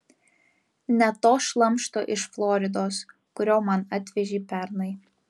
ne to šlamšto iš floridos kurio man atvežei pernai